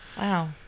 Wow